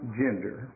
gender